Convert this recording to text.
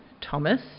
Thomas